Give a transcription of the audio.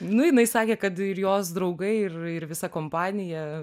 nu jinai sakė kad ir jos draugai ir ir visa kompanija